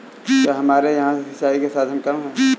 क्या हमारे यहाँ से सिंचाई के साधन कम है?